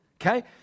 Okay